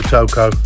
Toco